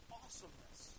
awesomeness